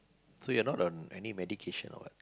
so you are not on any medication or what